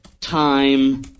time